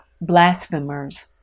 blasphemers